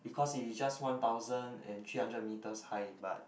because it is just one thousand and three hundred metres high but